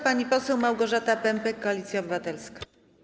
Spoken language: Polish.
Pani poseł Małgorzata Pępek, Koalicja Obywatelska.